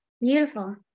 beautiful